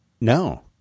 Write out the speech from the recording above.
No